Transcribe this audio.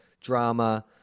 drama